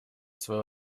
свою